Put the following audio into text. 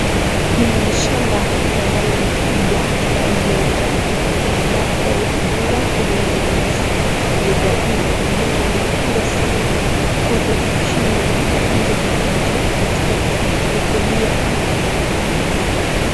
Hii ni shamba na ambalo ni kubwa la uyoga na ambapo udongo wake ni ule mweusi. Uyoga huu unatumika na unapendwa sana kwote nchini na ata nje za nchi katika kukulia kama mboga.